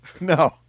No